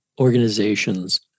organizations